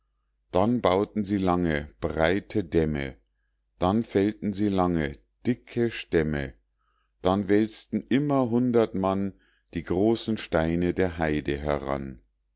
dann bauten sie lange breite dämme dann fällten sie lange dicke stämme dann wälzten immer hundert mann die großen steine der heide heran